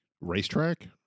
racetrack